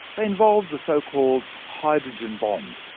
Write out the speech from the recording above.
they involve the so-called hydrogen bond,